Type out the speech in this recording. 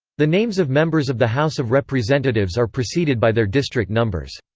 the names of members of the house of representatives are preceded by their district numbers.